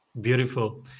Beautiful